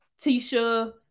Tisha